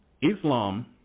Islam